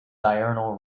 diurnal